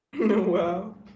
Wow